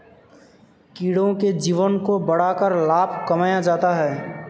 कीड़ों के जीवन को बढ़ाकर लाभ कमाया जाता है